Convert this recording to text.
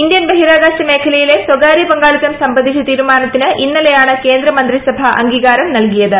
Indian ബഹിരാകാശ മേഖലയിലെ സ്വകാര്യ പങ്കാളിത്തം സംബസ്ലീച്ച തീരുമാനത്തിന് ഇന്നലെയാണ് കേന്ദ്രമന്ത്രിസഭ അംഗീകാരം നിൽകീയത്